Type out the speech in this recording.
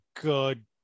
good